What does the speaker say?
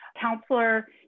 counselor